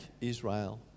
Israel